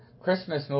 Christmas